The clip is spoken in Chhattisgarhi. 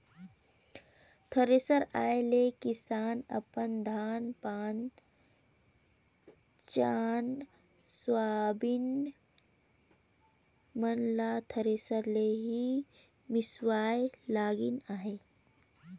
थेरेसर आए ले किसान अपन धान पान चना, सोयाबीन मन ल थरेसर ले ही मिसवाए लगिन अहे